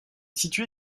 située